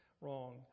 wrong